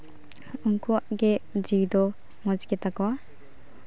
ᱩᱱᱠᱩᱣᱟᱜ ᱜᱮ ᱡᱤᱣᱤ ᱫᱚ ᱢᱚᱡᱽ ᱜᱮᱛᱟ ᱠᱚᱣᱟ